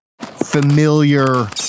familiar